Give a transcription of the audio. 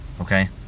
okay